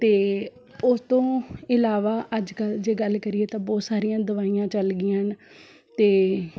ਅਤੇ ਉਸ ਤੋਂ ਇਲਾਵਾ ਅੱਜ ਗੱਲ ਜੇ ਗੱਲ ਕਰੀਏ ਤਾਂ ਬਹੁਤ ਸਾਰੀਆਂ ਦਵਾਈਆਂ ਚੱਲ ਗਈਆਂ ਹਨ ਅਤੇ